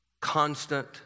constant